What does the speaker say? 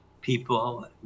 people